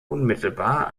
unmittelbar